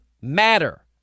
matter